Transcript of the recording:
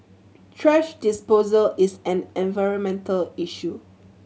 thrash disposal is an environmental issue